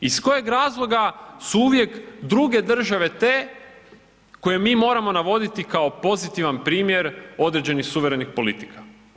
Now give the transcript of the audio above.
Iz kojeg razloga su uvijek druge države te koje mi moramo navoditi kao pozitivan primjer određenih suverenih politika?